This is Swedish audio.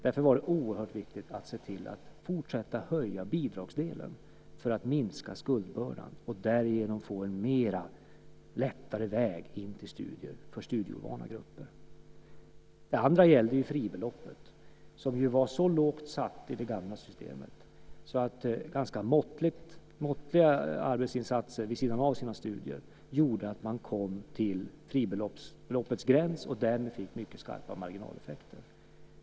Därför var det oerhört viktigt att se till att fortsätta att höja bidragsdelen för att minska skuldbördan och därigenom få en lättare väg in till studier för studieovana grupper. Det andra gällde fribeloppet, som i det gamla systemet var så lågt satt att ganska måttliga arbetsinsatser vid sidan av studierna gjorde att man kom till fribeloppets gräns och därmed fick mycket skarpa marginaleffekter.